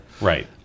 Right